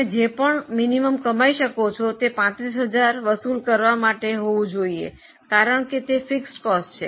તમે જે પણ લઘુત્તમ કમાઇ શકો છો તે 35000 વસૂલ કરવા માટે હોવું જોઈએ કારણ કે તે સ્થિર ખર્ચ છે